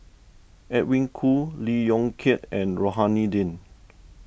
Edwin Koo Lee Yong Kiat and Rohani Din